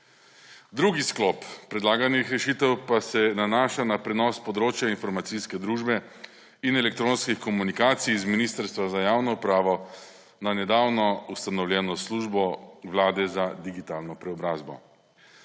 Drugi sklop predlaganih rešitev pa se nanaša na prenos področja informacijske družbe in elektronskih komunikacij iz Ministrstva za javno upravo na nedavno ustanovljeno službo vlade za digitalno preobrazbo.